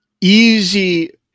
easy